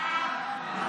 ההצעה